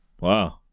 Wow